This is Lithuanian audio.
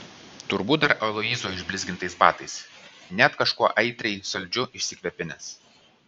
turbūt dar aloyzo išblizgintais batais net kažkuo aitriai saldžiu išsikvepinęs